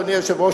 אדוני היושב-ראש,